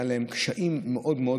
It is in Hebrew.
קשיים גדולים מאוד,